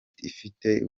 ifite